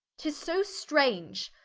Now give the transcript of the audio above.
tis so strange,